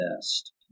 best